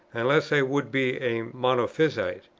unless i would be a monophysite.